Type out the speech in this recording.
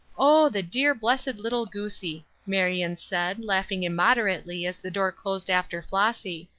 oh, the dear blessed little goosie! marion said, laughing immoderately as the door closed after flossy.